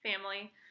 family